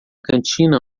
cantina